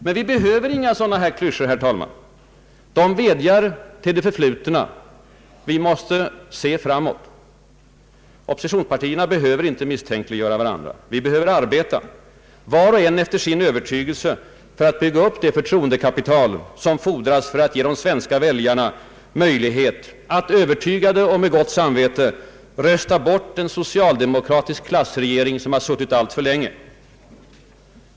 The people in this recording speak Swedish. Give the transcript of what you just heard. Men vi behöver inga sådana här klyschor, herr talman. De vädjar till det förflutna, men vi måste se framåt. Oppositionspartierna behöver inte misstänkliggöra varandra. Vi behöver arbeta, var och en efter sin övertygelse för att bygga upp det förtroendekapital som fordras för att ge de svenska väljarna möjlighet att övertygade och med gott samvete rösta bort en socialdemokratisk klassregering, som hur suttit alltför länge.